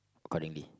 accordingly